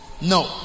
No